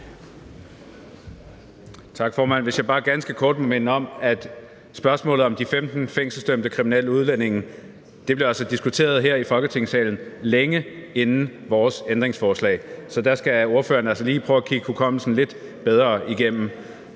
Tak, formand. Jeg må bare ganske kort minde om, at spørgsmålet om de 15 fængselsdømte kriminelle udlændinge altså blev diskuteret her i Folketingssalen længe inden vores ændringsforslag. Så der skal ordføreren altså lige prøve at kigge hukommelsen lidt bedre igennem.